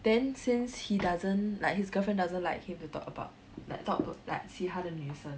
then since he doesn't like his girlfriend doesn't like him to talk about like talk about like 其他的女生